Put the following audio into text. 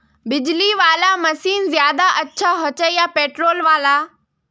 बिजली वाला मशीन ज्यादा अच्छा होचे या पेट्रोल वाला?